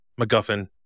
MacGuffin